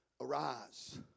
Arise